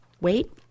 wait